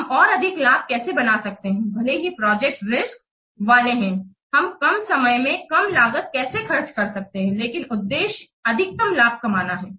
हम और अधिक लाभ कैसे बना सकते हैं भले ही प्रोजेक्ट रिस्क वाले हों हम कम समय मे कम लागत कैसे खर्च कर सकते हैं लेकिन उद्देश्य अधिकतम लाभ कमाना है